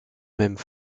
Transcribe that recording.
même